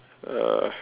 uh